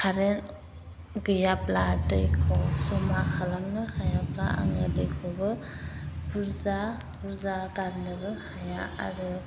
खारेन गैयाब्ला दैखौ जमा खालामनो हायाब्ला आङो दैखौबो बुरजा बुरजा गारनोबो हाया आरो